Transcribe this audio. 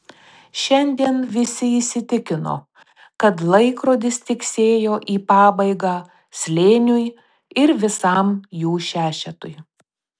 šiandien visi įsitikino kad laikrodis tiksėjo į pabaigą slėniui ir visam jų šešetui